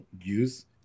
use